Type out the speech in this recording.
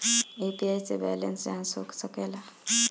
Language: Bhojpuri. यू.पी.आई से बैलेंस जाँच हो सके ला?